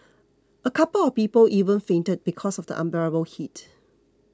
a couple of people even fainted because of the unbearable heat